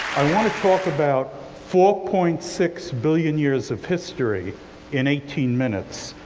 i want to talk about four point six billion years of history in eighteen minutes.